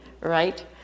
right